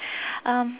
um